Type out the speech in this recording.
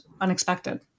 unexpected